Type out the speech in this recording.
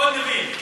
מאוד מבין.